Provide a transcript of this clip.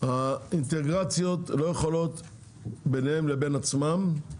האינטגרציות לא יכולות ביניהן לבין עצמן,